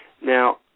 Now